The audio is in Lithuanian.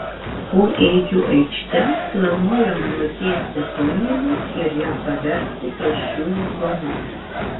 po ėdžių aikšte planuojama nutiesti tunelį ir ją paversti pėsčiųjų zona